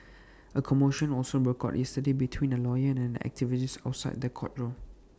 A commotion also broke out yesterday between A lawyer and an activist outside the courtroom